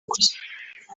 gusa